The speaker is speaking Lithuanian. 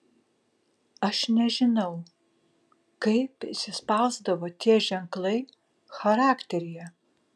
aš nežinau kaip įsispausdavo tie ženklai charakteryje